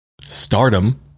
stardom